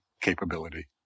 Capability